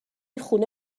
خونه